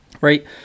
Right